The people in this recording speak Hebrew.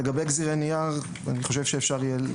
לגבי גזירי נייר אני חושב שאפשר יהיה לסמוך בהקשר הזה.